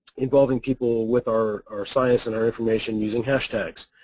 involving people with our our science and our information using hash tags.